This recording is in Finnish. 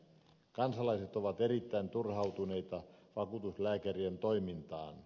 kansalaiset ovat erittäin turhautuneita vakuutuslääkärien toimintaan